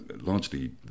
Largely